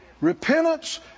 Repentance